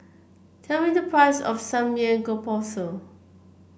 tell me the price of Samgeyopsal